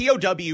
POW